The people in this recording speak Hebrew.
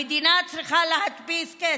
המדינה צריכה להדפיס כסף,